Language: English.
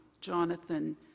Jonathan